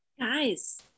Guys